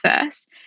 first